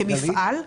כמפעל.